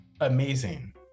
amazing